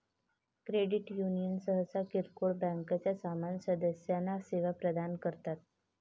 credit union सहसा किरकोळ बँकांच्या समान सदस्यांना सेवा प्रदान करतात